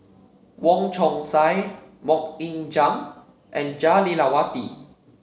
Wong Chong Sai MoK Ying Jang and Jah Lelawati